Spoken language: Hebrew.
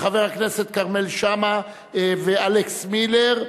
כרמל שאמה ואלכס מילר,